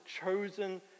chosen